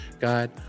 God